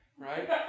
right